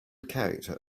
character